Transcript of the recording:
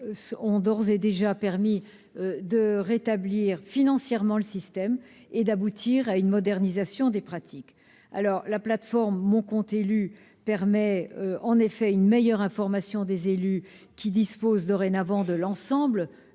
ont d'ores et déjà permis de rétablir financièrement le système et d'aboutir à une modernisation des pratiques. La plateforme Mon compte élu permet de mieux informer les élus, qui disposent dorénavant de l'ensemble